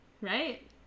Right